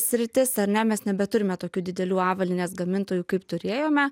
sritis ar ne mes nebeturime tokių didelių avalynės gamintojų kaip turėjome